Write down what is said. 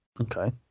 Okay